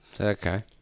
Okay